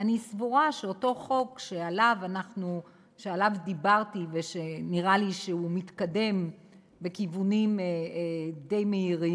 אני סבורה שאותו חוק שעליו דיברתי ושנראה לי שהוא מתקדם די מהר,